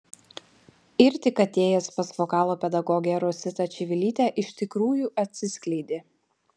ir tik atėjęs pas vokalo pedagogę rositą čivilytę iš tikrųjų atsiskleidė